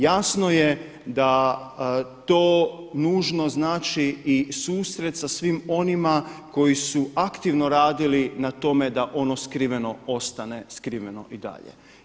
Jasno je da to nužno znači i susret sa svim onima koji su aktivno radili na tome da ono skriveno ostane skriveno i dalje.